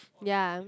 ya